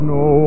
no